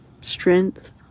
strength